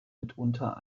mitunter